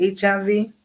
HIV